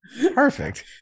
Perfect